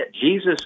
Jesus